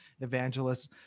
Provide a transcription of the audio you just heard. evangelists